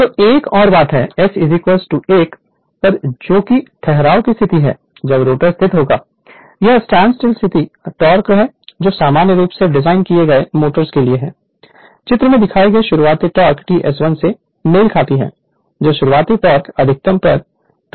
तो एक और बात S 1 पर है जो कि ठहराव की स्थिति है जब रोटर स्थिर होता है यह स्टैंडस्टिल स्थिति टोक़ है जो सामान्य रूप से डिज़ाइन किए गए मोटर्स के लिए चित्र में दिखाए गए शुरुआती टोक़ TSI से मेल खाती है जो शुरुआती टोक़ अधिकतम पर टूटने से कम होगी